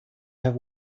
have